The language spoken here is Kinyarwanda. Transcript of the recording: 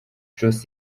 josh